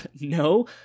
no